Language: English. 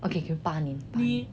okay 可能八年